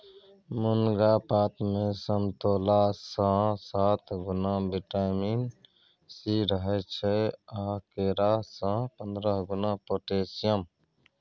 मुनगा पातमे समतोलासँ सात गुणा बिटामिन सी रहय छै आ केरा सँ पंद्रह गुणा पोटेशियम